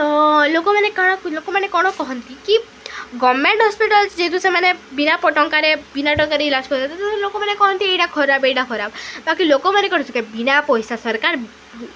ତ ଲୋକମାନେ କ'ଣ ଲୋକମାନେ କ'ଣ କହନ୍ତି କି ଗଭର୍ନମେଣ୍ଟ ହସ୍ପିଟାଲ ଯେହେତୁ ସେମାନେ ବିନା ଟଙ୍କାରେ ବିନା ଟଙ୍କାରେ ଇଲାଜ କରନ୍ତି ଲୋକମାନେ କହନ୍ତି ଏଇଟା ଖରାପ ଏଇଟା ଖରାପ ବାକି ଲୋକମାନେ ବିନା ପଇସା ସରକାର